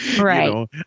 Right